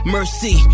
Mercy